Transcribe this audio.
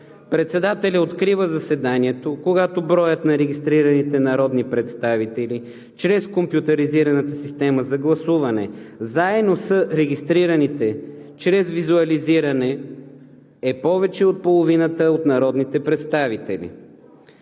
Председателят открива заседанието, когато броят на регистрираните народни представители чрез компютъризираната система за гласуване заедно с регистрираните чрез визуализиране е повече от половината от народните представители.“